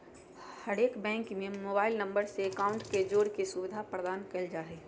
हरेक बैंक में mobile number से अकाउंट के जोड़े के सुविधा प्रदान कईल जा हइ